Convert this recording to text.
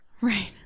Right